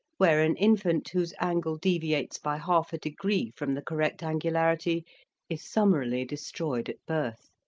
where an infant whose angle deviates by half a degree from the correct angularity is summarily destroyed at birth.